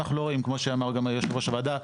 כמו שאמר גם יושב ראש הוועדה,